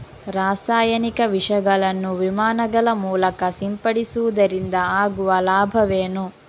ರಾಸಾಯನಿಕ ವಿಷಗಳನ್ನು ವಿಮಾನಗಳ ಮೂಲಕ ಸಿಂಪಡಿಸುವುದರಿಂದ ಆಗುವ ಲಾಭವೇನು?